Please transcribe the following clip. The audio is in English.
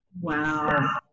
Wow